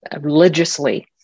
religiously